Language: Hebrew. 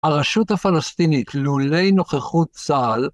הרשות הפלסטינית לולא נוכחות צה״ל